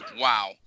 Wow